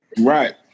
Right